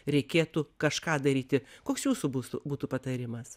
reikėtų kažką daryti koks jūsų bus būtų patarimas